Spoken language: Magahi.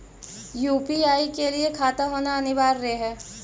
यु.पी.आई के लिए खाता होना अनिवार्य है?